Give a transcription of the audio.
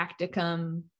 practicum